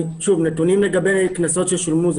אין לנו נתונים לגבי קנסות ששולמו,